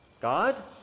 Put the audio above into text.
God